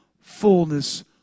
fullness